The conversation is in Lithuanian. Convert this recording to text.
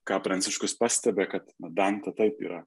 ką pranciškus pastebi kad na dantė taip yra